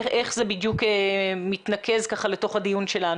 איך זה בדיוק מתנקז לתוך הדיון שלנו?